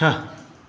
छः